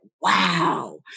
wow